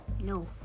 No